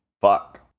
Fuck